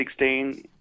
2016